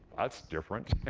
that's different.